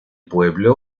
pueblo